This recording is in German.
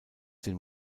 den